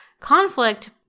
Conflict